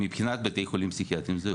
מבחינת בתי חולים פסיכיאטרים, זהו.